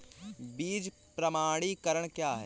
बीज प्रमाणीकरण क्या है?